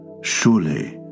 Surely